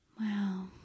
Wow